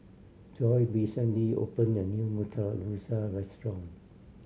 Joye recently opened a new Murtabak Rusa restaurant